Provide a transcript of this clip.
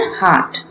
heart